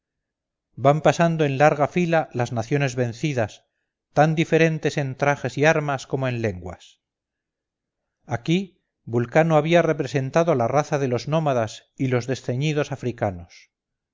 van pasando en larga fila las naciones vencidas tan diferentes en trajes y armas como en lenguas aquí vulcano había representado la raza de los nómadas y los desceñidos africanos